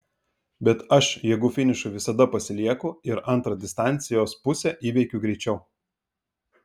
bet aš jėgų finišui visada pasilieku ir antrą distancijos pusę įveikiu greičiau